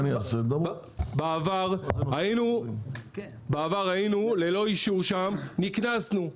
בעבר היינו ללא אישור שם, נקנסנו.